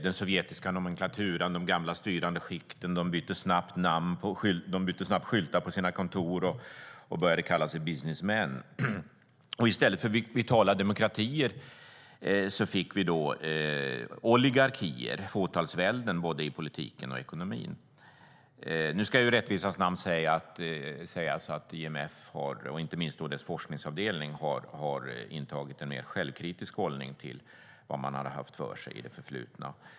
Den sovjetiska nomenklaturan och de gamla styrande skikten bytte snabbt skyltar på sina kontor och började kalla sig för businessmen. I stället för vitala demokratier fick vi oligarkier - fåtalsvälden - både i politiken och i ekonomin. Det ska i rättvisans namn sägas att IMF, inte minst dess forskningsavdelning, har intagit en mer självkritisk hållning till vad man har haft för sig i det förflutna.